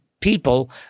people